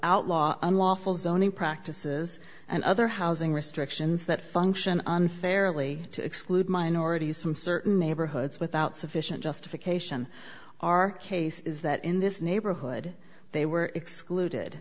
outlaw unlawful zoning practices and other housing restrictions that function unfairly to exclude minorities from certain neighborhoods without sufficient justification our case is that in this neighborhood they were excluded